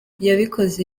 yabikoze